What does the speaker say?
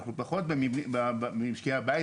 אנחנו פחות במשקי הבית.